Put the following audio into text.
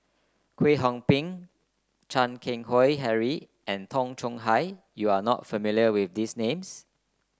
Kwek Hong Png Chan Keng Howe Harry and Tay Chong Hai you are not familiar with these names